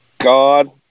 god